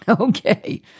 Okay